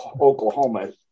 oklahoma